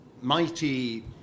mighty